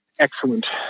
excellent